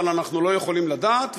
אבל אנחנו לא יכולים לדעת,